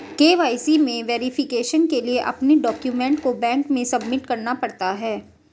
KYC में verification के लिए अपने डाक्यूमेंट को बैंक में सबमिट करना पड़ता है